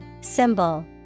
Symbol